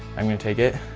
i'm going to take it,